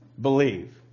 believe